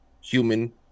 human